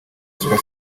super